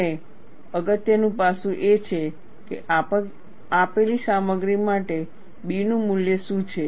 અને અગત્યનું પાસું એ છે કે આપેલ સામગ્રી માટે B નું મૂલ્ય શું છે